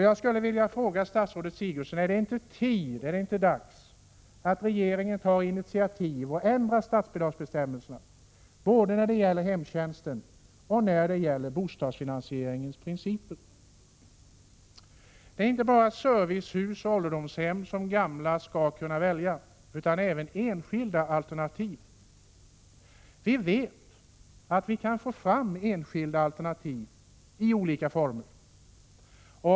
Jag skulle vilja fråga statsrådet Sigurdsen: Är det inte dags att regeringen tar initiativ till att ändra statsbidragsbestämmelserna både när det gäller hemtjänsten och när det gäller bostadsfinansieringens principer? Det är inte bara servicehus och ålderdomshem som gamla skall kunna välja, utan även enskilda alternativ. Vi vet att vi kan få fram enskilda alternativ i olika former.